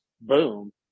boom